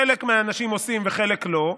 חלק מהאנשים עושים וחלק לא.